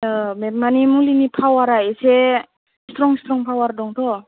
औ बे मानि मुलिनि पावारआ एसे स्थ्रं स्थ्रं पावार दंथ'